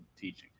teaching